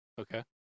Okay